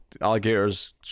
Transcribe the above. alligators